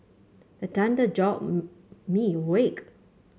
the thunder jolt me awake